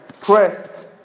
pressed